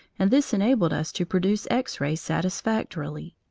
and this enabled us to produce x-rays satisfactorily.